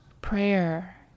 prayer